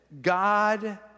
God